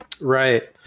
Right